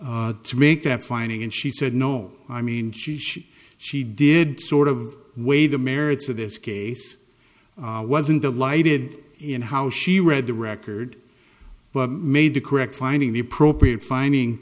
law to make that finding and she said no i mean she she she did sort of weigh the merits of this case wasn't delighted in how she read the record but made the correct finding the appropriate finding